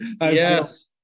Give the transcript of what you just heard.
Yes